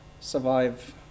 survive